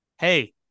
hey